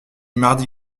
mardi